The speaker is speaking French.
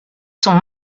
sont